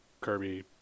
Kirby